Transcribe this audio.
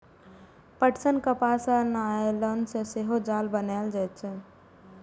पटसन, कपास आ नायलन सं सेहो जाल बनाएल जाइ छै